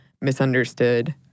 misunderstood